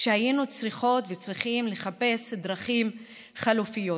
כשהיינו צריכות וצריכים לחפש דרכים חלופיות,